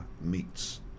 Meets